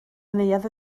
neuadd